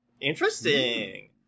Interesting